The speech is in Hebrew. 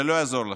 זה לא יעזור לכם.